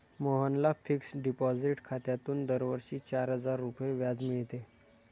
मोहनला fixed deposit खात्यातून दरवर्षी चार हजार रुपये व्याज मिळते